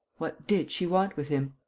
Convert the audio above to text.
what did she want with him?